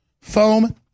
foam